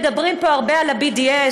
מדברים הרבה פה על ה-BDS,